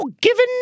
given